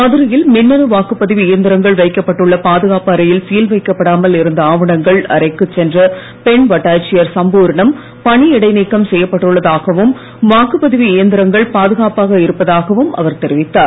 மதுரையில் மின்னணு வாக்குப்பதிவு இயந்திரங்கள் வைக்கப்பட்டுள்ள பாதுகாப்பு அறையில் சீல் வைக்கப்படாமல் இருந்த ஆவணங்கள் அறைக்குள் சென்ற பெண் வட்டாட்சியர் சம்பூர்ணம் பணி இடைநீக்கம் செய்யப்பட்டுள்ளதாகவும் வாக்குப்பதிவு இயந்திரங்கள் பாதுகாப்பாக இருப்பதாகவும் அவர் தெரிவித்தார்